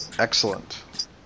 Excellent